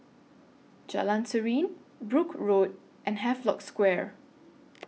Jalan Serene Brooke Road and Havelock Square